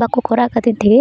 ᱵᱟᱠᱚ ᱠᱚᱨᱟᱣ ᱠᱷᱟᱹᱛᱤᱨ ᱛᱮᱜᱮ